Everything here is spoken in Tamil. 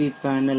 we panel